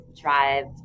drive